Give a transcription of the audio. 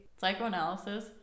psychoanalysis